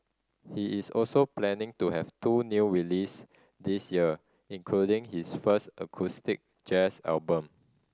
he is also planning to have two new release this year including his first acoustic jazz album